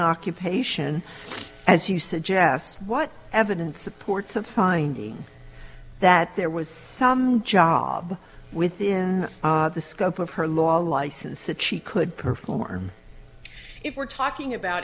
occupation as you suggest what evidence supports a finding that there was a job within the scope of her law license ichy could perform if we're talking about